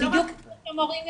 בדיוק כפי שמורים יודעים.